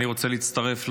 אני רוצה להצטרף,